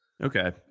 Okay